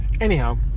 Anyhow